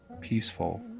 peaceful